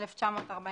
1940,